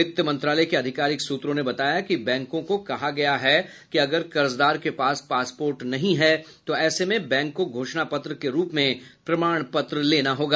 वित्त मंत्रालय के अधिकारिक सूत्रों ने बताया कि बैंकों को कहा गया है कि अगर कर्जदार के पास पासपोर्ट नहीं है तो ऐसे में बैंक को घोषणा पत्र के रूप में प्रमाण पत्र लेना होगा